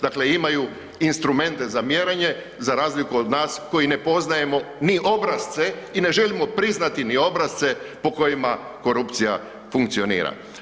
Dakle, imaju instrumente za mjerenje za razliku od nas koji ne poznajemo ni obrasce i ne želimo priznati ni obrasce po kojima korupcija funkcionira.